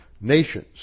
Nations